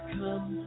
come